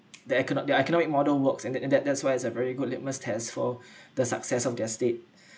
their econo~ their economic model works and that that that's why it's a very good litmus test for the success of their state